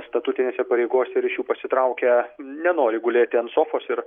statutinėse pareigose ir iš jų pasitraukę nenori gulėti ant sofos ir